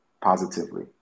positively